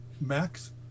Max